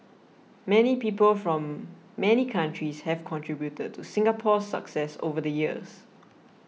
many people from many countries have contributed to Singapore's success over the years